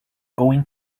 going